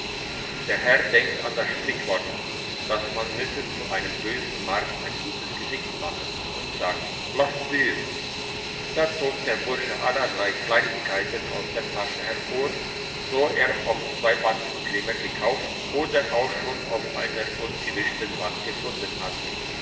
der herr denkt an das sprichwort dass man müsse zu einem bösen markt ein gutes gesicht machen und sagt lasst sehen da zog der bursche allerlei kleinigkeiten aus der tasche hervor so er vom zweibatzenkrämer gekauft oder auch schon auf einem ungewischten bank gefunden hatte